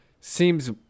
seems